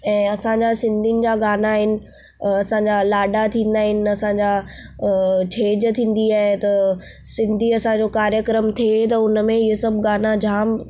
ऐं असांजा सिंधियुनि जा गाना आहिनि असांजा लाॾा थींदा आहिनि असांजी छेॼ थींदी आहे त सिंधी असांजो कार्यक्रम थिए त हुन में इहा सभु गाना जाम